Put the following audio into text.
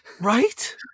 Right